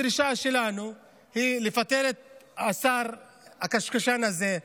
הדרישה שלנו היא לפטר את השר הקשקשן הזה,